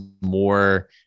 more